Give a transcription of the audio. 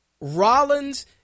Rollins